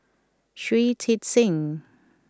Shui Tit Sing